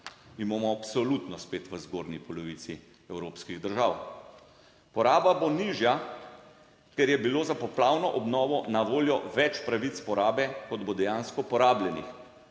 bomo absolutno spet v zgornji polovici evropskih držav. Poraba bo nižja, ker je bilo za poplavno obnovo na voljo več pravic porabe, kot bo dejansko porabljenih